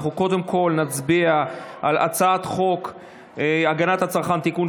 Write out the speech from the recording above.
קודם כול נצביע על הצעת חוק הגנת הצרכן (תיקון,